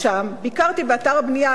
ביקרתי באתר הבנייה,